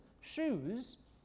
shoes